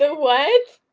so what?